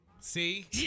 See